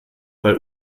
bei